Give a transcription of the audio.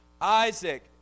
Isaac